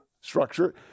structure